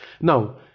Now